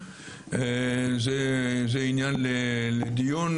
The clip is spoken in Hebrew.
זה עניין לדיון,